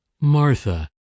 Martha